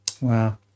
wow